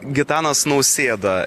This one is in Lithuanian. gitanas nausėda